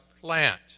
plant